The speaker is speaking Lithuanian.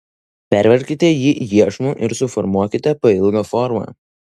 perverkite jį iešmu ir suformuokite pailgą formą